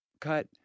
cut